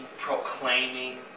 proclaiming